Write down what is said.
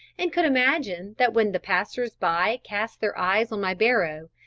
and could imagine that when the passers-by cast their eyes on my barrow,